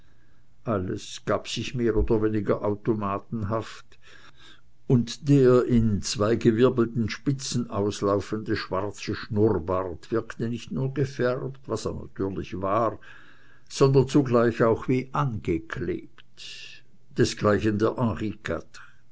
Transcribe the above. alles gab sich mehr oder weniger automatenhaft und der in zwei gewirbelten spitzen auslaufende schwarze schnurrbart wirkte nicht nur gefärbt was er natürlich war sondern zugleich auch wie angeklebt desgleichen der